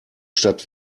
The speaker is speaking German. stadt